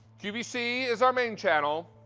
qvc is our main channel,